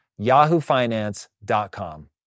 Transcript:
yahoofinance.com